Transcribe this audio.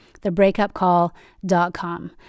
thebreakupcall.com